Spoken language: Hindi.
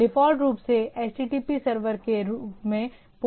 डिफ़ॉल्ट रूप से HTTP सर्वर के रूप में पोर्ट 80 है